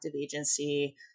agency